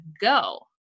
go